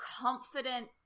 confident